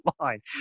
line